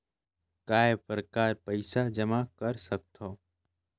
काय प्रकार पईसा जमा कर सकथव?